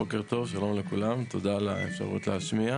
בוקר טוב שלום לכולם, תודה על האפשרות להשמיע.